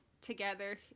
together